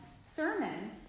sermon